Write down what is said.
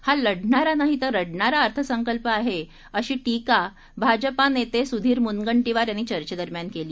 हा लढणारा नाही तर रडणारा अर्थसंकल्प आहे अशी टीका भाजपा नेते सुधीर मुनगंटीवार यांनी चर्चेदरम्यान केली